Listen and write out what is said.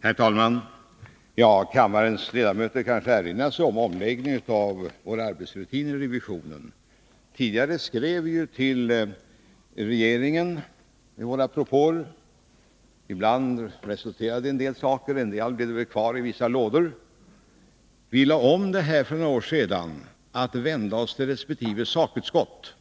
Herr talman! Kammarens ledamöter kanske erinrar sig omläggningen av revisorernas arbetsrutiner. Tidigare riktade vi våra propåer till regeringen. En del propåer gav vissa resultat, andra ligger väl kvar i olika lådor. Vi lade för några år sedan om rutinen så att man nu skall vända sig till resp. fackutskott